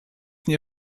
nie